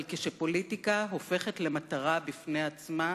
אבל כשפוליטיקה הופכת למטרה בפני עצמה,